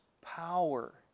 power